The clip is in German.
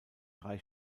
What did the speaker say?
drei